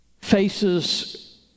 faces